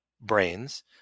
brains